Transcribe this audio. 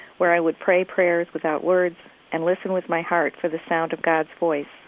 where i would pray prayers without words and listen with my heart for the sound of god's voice.